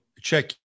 check